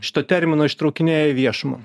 šito termino ištraukinėja į viešumą